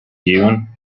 dune